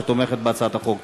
שתומכת בהצעת החוק.